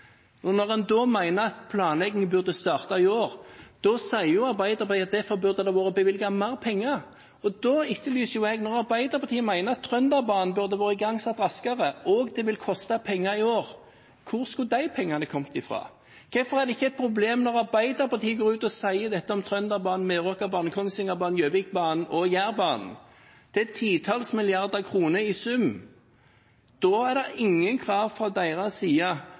Når en så mener at planlegging burde starte i år, sier jo Arbeiderpartiet at det derfor burde vært bevilget mer penger. Da etterlyser jeg et svar på dette spørsmålet: Når Arbeiderpartiet mener at Trønderbanen burde vært igangsatt raskere, og det vil koste penger i år, hvor skulle de pengene da ha kommet fra? Hvorfor er det ikke et problem når Arbeiderpartiet går ut og sier dette om Trønderbanen, Meråkerbanen, Kongsvingerbanen, Gjøvikbanen og Jærbanen? Det er titalls milliarder kroner i sum. Da stiller de ingen krav